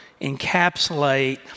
encapsulate